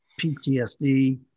PTSD